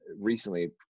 recently